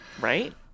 Right